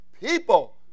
People